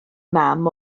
mam